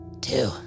Two